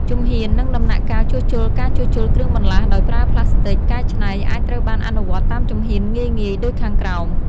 ជំហាន និងដំណាក់កាលជួសជុលការជួសជុលគ្រឿងបន្លាស់ដោយប្រើផ្លាស្ទិកកែច្នៃអាចត្រូវបានអនុវត្តតាមជំហានងាយៗដូចខាងក្រោម